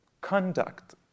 conduct